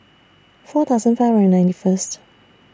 four thousand five hundred and ninety First